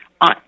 on